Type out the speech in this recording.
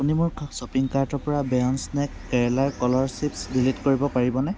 আপুনি মোৰ শ্বপিং কাৰ্টৰ পৰা বিয়ণ্ড স্নেক কেৰেলাৰ কলৰ চিপ্ছ ডিলিট কৰিব পাৰিবনে